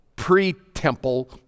pre-temple